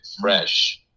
fresh